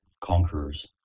conquerors